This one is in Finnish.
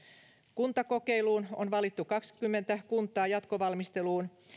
kuntakokeiluun on valittu kaksikymmentä kuntaa jatkovalmisteluun